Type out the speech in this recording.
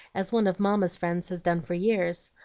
as one of mamma's friends has done for years.